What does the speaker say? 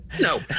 No